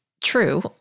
true